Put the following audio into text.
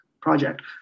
project